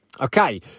Okay